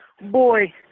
Boy